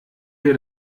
wir